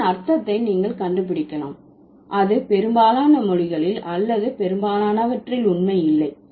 இதன் அர்த்தத்தை நீங்கள் கண்டுபிடிக்கலாம் அது பெரும்பாலான மொழிகளில் அல்லது பெரும்பாலானவற்றில் உண்மை இல்லை